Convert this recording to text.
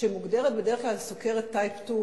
שמוגדרת בדרך כלל כסוכרת type 2,